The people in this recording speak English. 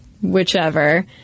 whichever